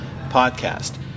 podcast